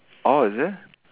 oh is it